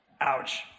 Ouch